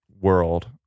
world